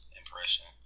impression